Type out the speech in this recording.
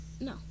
no